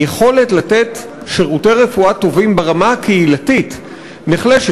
היכולת לתת שירותי רפואה טובים ברמה הקהילתית נחלשת.